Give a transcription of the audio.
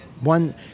one